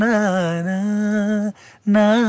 Na-na-na